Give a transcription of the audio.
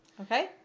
Okay